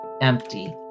empty